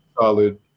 solid